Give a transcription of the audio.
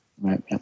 right